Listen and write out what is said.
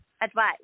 advice